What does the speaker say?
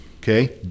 Okay